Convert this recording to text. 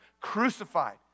crucified